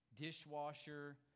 dishwasher